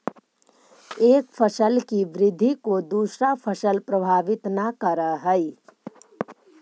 एक फसल की वृद्धि को दूसरा फसल प्रभावित न करअ हई